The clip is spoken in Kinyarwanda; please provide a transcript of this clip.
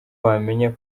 wamenya